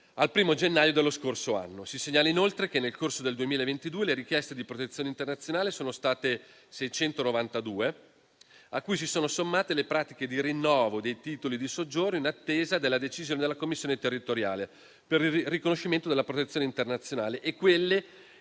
al 1° gennaio dello scorso anno. Si segnala inoltre che, nel corso del 2022, le richieste di protezione internazionale sono state 692, a cui si sono sommate le pratiche di rinnovo dei titoli di soggiorno in attesa della decisione della commissione territoriale per il riconoscimento della protezione internazionale e quelle